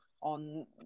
on